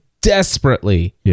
desperately